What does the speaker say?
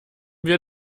wir